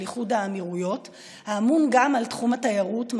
איחוד האמירויות האמון גם על תחום התיירות,